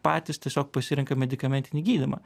patys tiesiog pasirenka medikamentinį gydymą